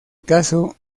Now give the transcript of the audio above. caso